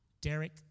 Derek